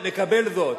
נקבל זאת.